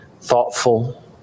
thoughtful